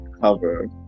cover